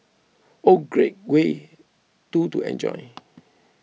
one great way two to enjoy